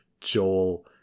Joel